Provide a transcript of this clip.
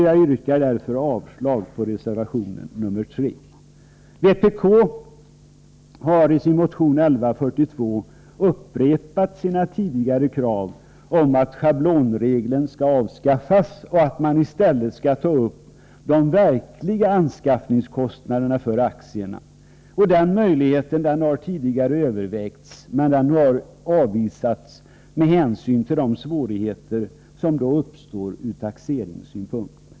Jag yrkar därför avslag på reservation nr 3. Vpk har i sin motion 1142 upprepat sina tidigare krav på att schablonregeln skall avskaffas och att man i stället skall ta upp de verkliga anskaffningskostnaderna för aktierna. Den möjligheten har tidigare övervägts, men den har avvisats med hänsyn till de svårigheter ur taxeringssynpunkt som då skulle uppstå.